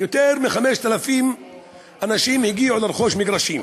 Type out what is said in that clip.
יותר מ-5,000 אנשים הגיעו לרכוש מגרשים.